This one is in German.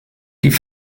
die